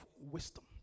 wisdom